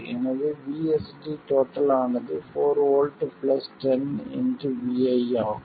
எனவே VSD ஆனது 4 V 10 vi ஆகும்